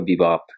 Bebop